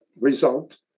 result